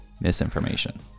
misinformation